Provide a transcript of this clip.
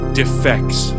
defects